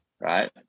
right